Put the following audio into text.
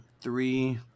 three